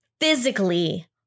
physically